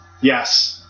Yes